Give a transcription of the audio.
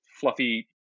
fluffy